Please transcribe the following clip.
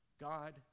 God